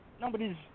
nobody's